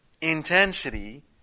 intensity